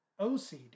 OCD